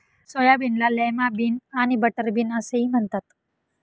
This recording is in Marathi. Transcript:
सोयाबीनला लैमा बिन आणि बटरबीन असेही म्हणतात